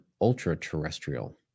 ultra-terrestrial